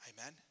Amen